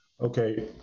okay